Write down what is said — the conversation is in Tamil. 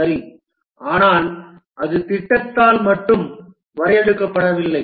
சரி ஆனால் அது திட்டத்தால் மட்டும் வரையறுக்கப்படவில்லை